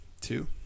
two